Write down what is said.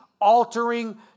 altering